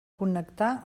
connectar